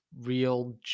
real